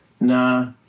Nah